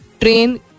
train